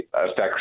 affects